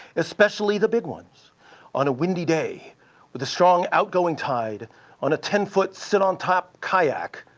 especially the big ones on a windy day with a strong outgoing tide on a ten foot sit on top kayak.